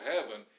heaven